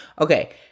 Okay